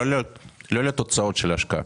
לא לתוצאות של ההשקעה.